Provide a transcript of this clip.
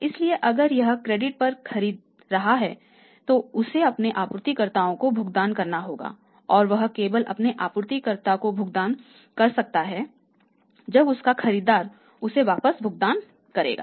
इसलिए अगर यह क्रेडिट पर खरीद रहा है तो उसे अपने आपूर्तिकर्ताओं को भुगतान करना होगा और वह केवल अपने आपूर्तिकर्ताओं को भुगतान कर सकता है जब उसका खरीदार उसे वापस भुगतान करेगा